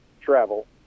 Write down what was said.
Travel